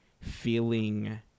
feeling